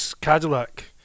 Cadillac